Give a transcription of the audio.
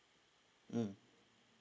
mm